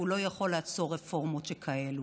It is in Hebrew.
והוא לא יכול לעצור רפורמות שכאלו.